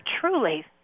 truly